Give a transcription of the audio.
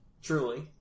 Truly